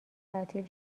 تعطیل